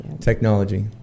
Technology